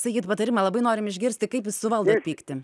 sakykit patarimą labai norim išgirsti kaip jūs suvaldot pyktį